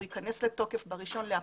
הוא ייכנס לתוקף ב-1 באפריל,